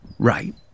Right